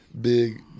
Big